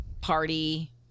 party